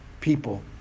people